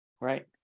Right